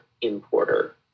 importer